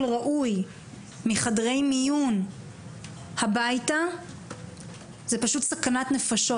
ראוי מחדרי מיון הביתה זו פשוט סכנת נפשות,